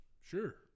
Sure